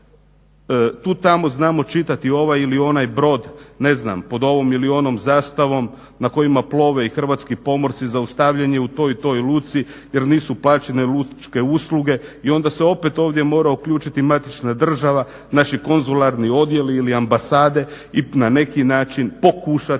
Tu i tamo znamo čitati ovaj ili onaj brod ne znam po ovom ili onom zastavom na kojima plove i hrvatski pomorci zaustavljen je u toj i toj luci jer nisu plaćene lučke usluge i onda se ovdje opet mora uključiti matična država, naši konzularni odijeli ili ambasade i na neki način pokušati